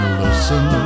listen